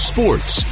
Sports